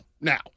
now